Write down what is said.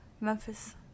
Memphis